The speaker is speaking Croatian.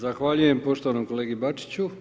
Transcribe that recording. Zahvaljujem poštovanom kolegi Bačiću.